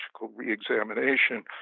reexamination